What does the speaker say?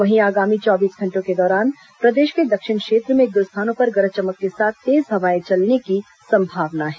वहीं आगामी चौबीस घंटों के दौरान प्रदेश के दक्षिण क्षेत्र में एक दो स्थानों पर गरज चमक के साथ तेज हवाएं चलने की संभावना है